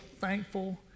thankful